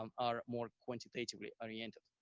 um are more quantitatively oriented.